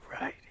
right